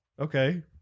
okay